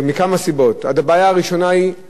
הבעיה הראשונה היא המחסור בעובדים.